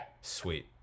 sweet